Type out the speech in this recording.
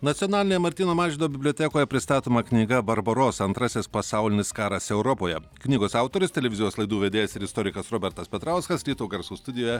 nacionalinėje martyno mažvydo bibliotekoje pristatoma knyga barbarosa antrasis pasaulinis karas europoje knygos autorius televizijos laidų vedėjas ir istorikas robertas petrauskas ryto garsų studijoje